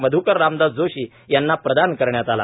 मध्कर रामदास जोशी यांना प्रदान करण्यात आला